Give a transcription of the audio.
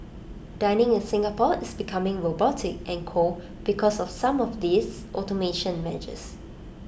dining in Singapore is becoming robotic and cold because of some of these automation measures